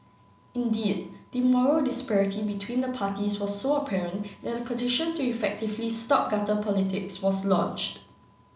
indeed the moral disparity between the parties was so apparent that a petition to effectively stop gutter politics was launched